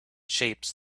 shapes